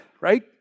right